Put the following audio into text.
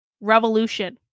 revolution